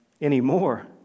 anymore